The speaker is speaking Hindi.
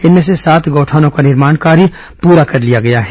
इनमें से सांत गौठानों का निर्माण कार्य पूर्ण कर लिया गया है